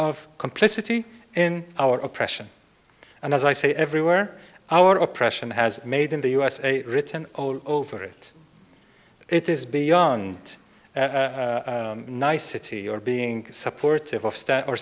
of complicity in our oppression and as i say everywhere our oppression has made in the usa written all over it it is beyond a nicety or being supportive of o